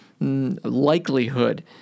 likelihood